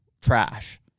trash